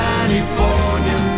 California